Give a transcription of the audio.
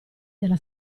della